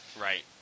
right